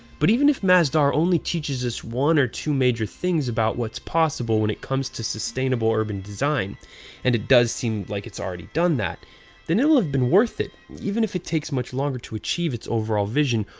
but even if masdar only teaches us one or two major things about what's possible when it comes to sustainable urban design and it does seem like it's already done that then it'll have been worth it, even if it takes much longer to achieve its overall vision,